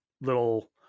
little